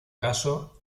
caso